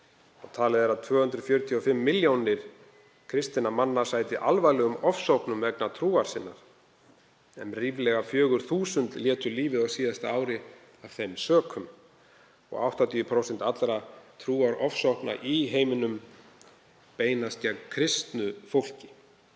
Talið er að 245 milljónir kristinna manna sæti alvarlegum ofsóknum vegna trúar sinnar en ríflega 4.000 létu lífið á síðasta ári af þeim sökum. 80% allra trúarofsókna í heiminum beinast gegn kristnu fólki.